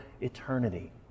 eternity